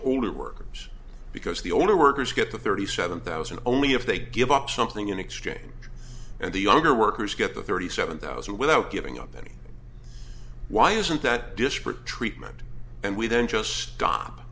older workers because the older workers get the thirty seven thousand only if they give up something in exchange and the younger workers get the thirty seven thousand without giving up any why isn't that disparate treatment and we